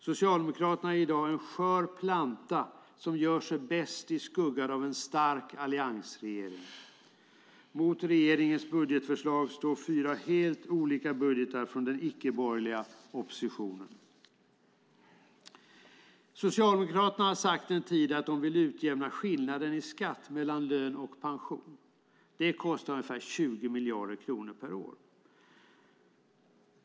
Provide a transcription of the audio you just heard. Socialdemokraterna är i dag en skör planta som gör sig bäst i skuggan av en stark alliansregering. Mot regeringens budgetförslag står fyra helt olika budgetar från den icke-borgerliga oppositionen. Under en tid har Socialdemokraterna sagt att de vill utjämna skatteskillnaden mellan lön och pension. Det kostar ungefär 20 miljarder kronor per år.